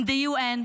in the UN,